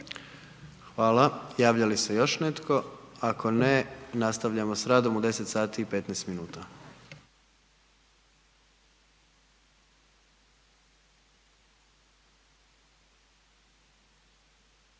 Hvala. Javlja li se još netko? Ako ne, nastavljamo s radom u 10 sati i 15 minuta.